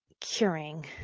curing